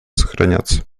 сохраняться